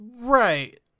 Right